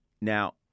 Now